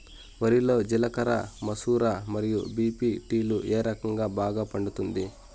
వరి లో జిలకర మసూర మరియు బీ.పీ.టీ లు ఏ రకం బాగా పండుతుంది